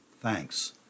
thanks